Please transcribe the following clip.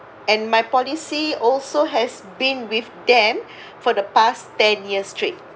and my policy also has been with them for the past ten years straight